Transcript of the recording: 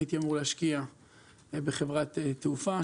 הייתי אמור להשקיע בחברת תעופה,